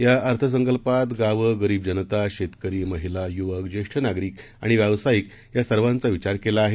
याअर्थसंकल्पात गावं गरीबजनता शेतकरी महिला यूवक जेष्ठनागरिकआणिव्यावसायिकयासर्वांचाविचारकेलाआहे